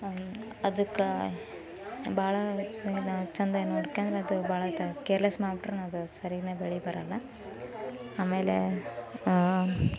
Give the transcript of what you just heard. ಅದಕ್ಕೆ ಭಾಳ ಏನು ಚೆಂದಾಗಿ ನೋಡ್ಕೊಂಡ್ರೆ ಅದು ಭಾಳ ತ ಕೇರ್ಲೆಸ್ ಮಾಡ್ಬಿಟ್ರೂನು ಅದು ಸರೀನೆ ಬೆಳೆ ಬರೋಲ್ಲ ಆಮೇಲೆ